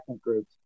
groups